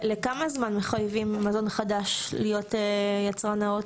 לכמה זמן מחייבים מזון חדש להיות יצרן נאות?